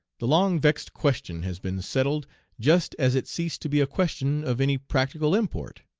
the long vexed question has been settled just as it ceased to be a question of any practical import.